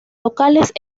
locales